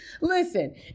Listen